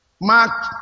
Mark